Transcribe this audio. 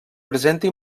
presenta